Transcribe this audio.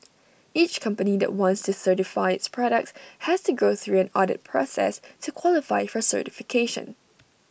each company that wants to certify its products has to go through an audit process to qualify for certification